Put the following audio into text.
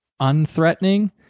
unthreatening